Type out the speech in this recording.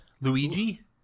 Luigi